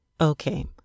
Okay